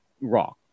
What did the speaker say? wrong